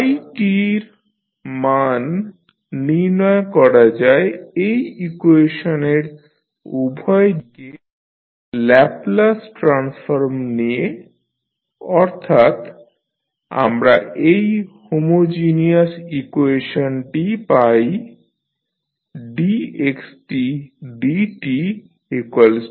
t এর মান নির্ণয় করা যায় এই ইকুয়েশনের উভয় দিকে ল্যাপলাস ট্রান্সফর্ম নিয়ে অর্থাৎ আমরা এই হোমোজিনিয়াস ইকুয়েশনটি পাই dxdtAxt